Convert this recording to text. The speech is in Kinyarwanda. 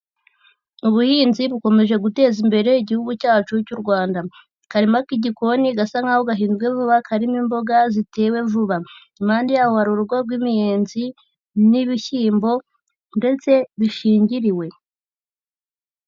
Ubuhinzi bukomeje guteza imbere igihugu cyacu cy'u Rwanda, akarima k'igikoni gasa nkaho gahinzwe vuba karimo imboga zitewe vuba, impande yaho hari urugo rw'imiyenzi n'ibishyimbo ndetse bishingiriwe.